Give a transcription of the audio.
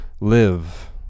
live